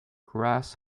grass